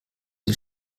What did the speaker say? die